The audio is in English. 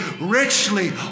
richly